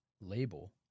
label